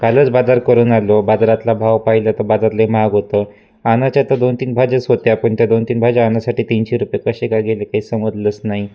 कालच बाजार करून आलो बाजारातला भाव पाहिला तर बाजारात लई महाग होतं आणायच्या तर दोनतीन भाज्याच होत्या पण त्या दोनतीन भाज्या आणायसाठी तीनशे रुपये कसे काय गेले काही समजलंस नाही